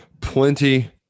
plenty